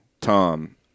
Tom